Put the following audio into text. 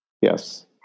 Yes